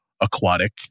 aquatic